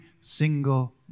single